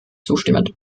zustimmend